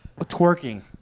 twerking